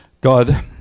God